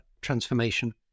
transformation